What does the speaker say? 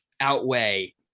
outweigh